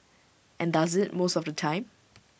and does IT most of the time